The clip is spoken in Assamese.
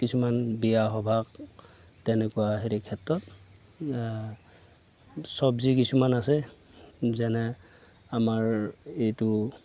কিছুমান বিয়া সবাহ তেনেকুৱা হেৰি ক্ষেত্ৰত চব্জি কিছুমান আছে যেনে আমাৰ এইটো